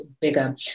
bigger